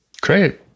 Great